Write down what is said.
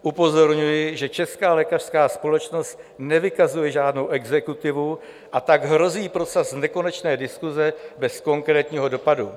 Upozorňuji, že Česká lékařská společnost nevykazuje žádnou exekutivu, a tak hrozí proces nekonečné diskuse bez konkrétního dopadu.